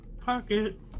Pocket